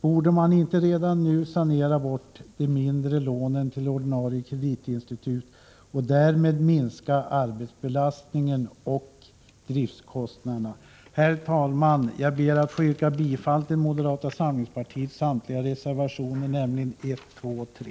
Borde man inte redan nu sanera bort de mindre lånen till ordinarie kreditinstitut och därmed minska arbetsbelastningen och driftkostnaderna? Herr talman! Jag ber att få yrka bifall till moderata samlingspartiets samtliga reservationer, nämligen 1, 2 och 3.